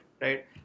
right